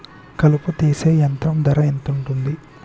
కలుపు తీసే యంత్రం ధర ఎంతుటది?